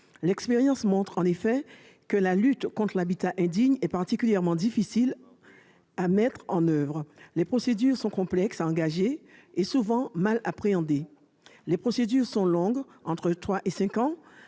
L'expérience montre que la lutte contre l'habitat indigne est particulièrement difficile à mettre en oeuvre. Les procédures sont complexes à engager et souvent mal appréhendées. Elles sont longues, puisqu'elles